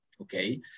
okay